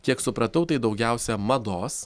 kiek supratau tai daugiausia mados